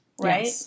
right